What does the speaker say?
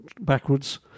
backwards